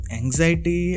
anxiety